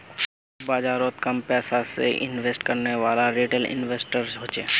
बाजारोत कम पैसा से इन्वेस्ट करनेवाला रिटेल इन्वेस्टर होछे